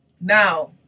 Now